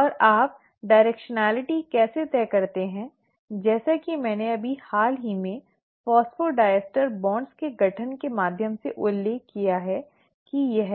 और आप दिशात्मकता कैसे तय करते हैं जैसा कि मैंने अभी हाल ही में फॉस्फोडाइस्टर बॉन्ड के गठन के माध्यम से उल्लेख किया है कि यह